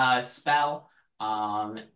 spell